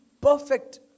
perfect